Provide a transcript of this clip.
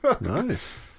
Nice